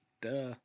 duh